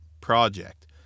project